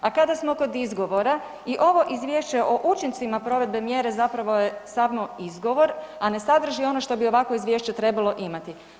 A kada smo kod izgovora i ovo izvješće o učincima provedbe mjere zapravo je samo izgovor, a ne sadrži ono što bi ovakvo izvješće trebalo imati.